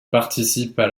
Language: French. participent